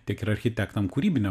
tiek ir architektam kūrybine